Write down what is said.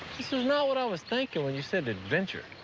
this is not what i was thinking when you said adventure.